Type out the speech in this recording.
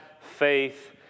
faith